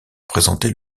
présenter